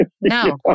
No